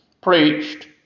preached